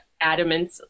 adamant